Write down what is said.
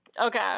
Okay